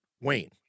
Wayne